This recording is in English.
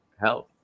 health